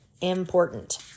Important